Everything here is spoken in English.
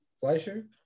Fleischer